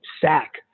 sack